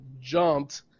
jumped